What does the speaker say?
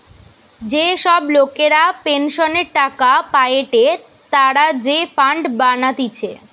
যে সব লোকরা পেনসনের টাকা পায়েটে তারা যে ফান্ড বানাতিছে